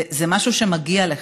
זה משהו שמגיע לך,